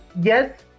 yes